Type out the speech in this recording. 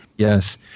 Yes